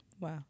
Wow